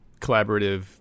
collaborative